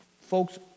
Folks